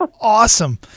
awesome